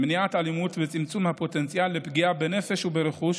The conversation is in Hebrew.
למניעת אלימות ולצמצום הפוטנציאל לפגיעה בנפש וברכוש